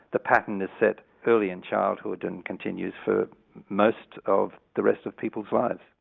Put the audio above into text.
the pattern is set early in childhood and continues for most of the rest of people's lives.